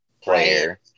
player